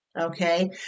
okay